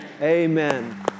Amen